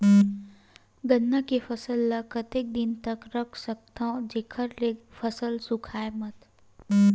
गन्ना के फसल ल कतेक दिन तक रख सकथव जेखर से फसल सूखाय मत?